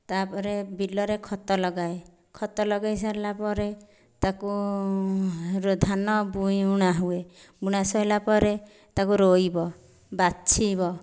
ତା'ପରେ ବିଲରେ ଖତ ଲଗାଏ ଖତ ଲଗାଇ ସାରିଲାପରେ ତାକୁ ଧାନ ବୁଇଁ ଉଣା ହୁଏ ବୁଣା ସରିଲାପରେ ତାକୁ ରୋଇବ ବାଛିବ